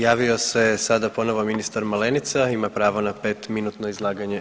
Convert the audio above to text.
Javio se sada ponovo ministar Malenica, ima pravo na 5 minutno izlaganje.